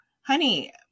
honey